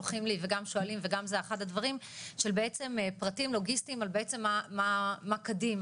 של פרטים לוגיסטיים על מה קדימה.